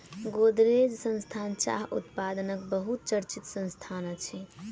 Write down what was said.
गोदरेज संस्थान चाह उत्पादनक बहुत चर्चित संस्थान अछि